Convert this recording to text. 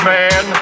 man